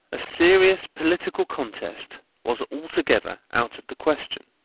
a serious political contest was altogether out of the question.